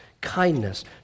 kindness